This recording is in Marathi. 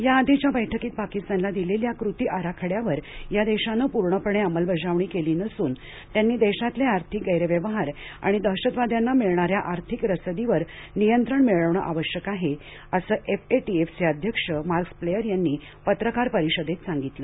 याआधीच्या बैठकीत पाकिस्तानला दिलेल्या कृती आराखड्यावर या देशानं पूर्णपणे अंमलबजावणी केली नसून त्यांनी देशातले आर्थिक गैरव्यवहार आणि दहशतवाद्यांना मिळणाऱ्या आर्थिक रसदीवर नियंत्रण मिळवणं आवश्यक आहे असं एफएटीएफचे अध्यक्ष मार्कस प्लेयर यांनी पत्रकार परिषदेत सांगितलं